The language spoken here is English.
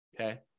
Okay